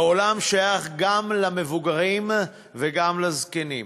העולם שייך גם למבוגרים וגם לזקנים.